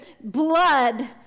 blood